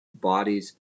bodies